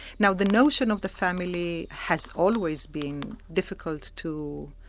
now the notion of the family has always been difficult to